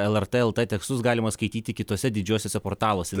el er tė el tė tekstus galima skaityti kituose didžiuosiuose portaluose